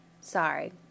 sorry